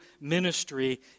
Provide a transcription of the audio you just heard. ministry